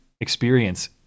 experience